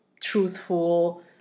truthful